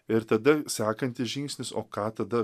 ir tada sekantis žingsnis o ką tada